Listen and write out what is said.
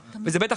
כלומר,